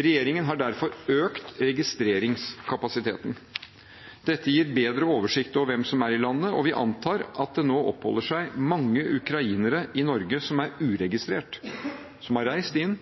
Regjeringen har derfor økt registreringskapasiteten. Dette gir bedre oversikt over hvem som er i landet, og vi antar at det nå oppholder seg mange ukrainere i Norge som er uregistrert – som har reist inn,